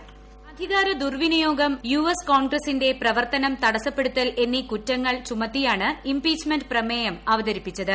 voice അധികാര ദുർവിനിയോഗം U S കോൺഗ്രസിന്റെ പ്രവർത്തനം തടസ്സപ്പെടുത്തൽ എന്നീ കൂറ്റങ്ങൾ ചൂമത്തിയാണ് ഇംപീച്ച്മെന്റ് പ്രമേയം അവതരിപ്പിച്ചത്